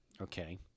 okay